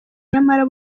nyamara